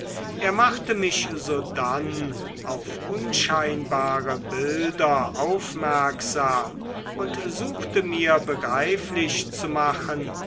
er machte mich sodann auf unscheinbare bilder aufmerksam und suchte mir begreiflich zu machen